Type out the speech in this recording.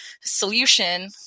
solution